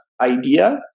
idea